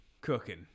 cooking